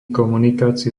komunikácií